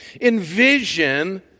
envision